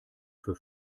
für